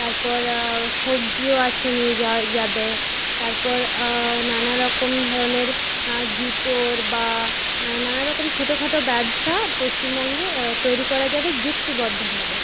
তারপর সবজিও আছে নিয়ে যাওয়া যাবে তারপর নানারকম ধরণের জুতোর বা নানারকম ছোটখাটো ব্যবসা পশ্চিমবঙ্গে তৈরি করা যাবে যুক্তিবদ্ধভাবে